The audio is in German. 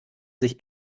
sich